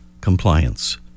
compliance